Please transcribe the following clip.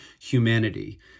humanity